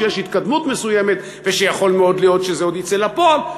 שיש התקדמות מסוימת ויכול מאוד להיות שזה עוד יצא לפועל.